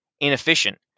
inefficient